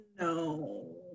No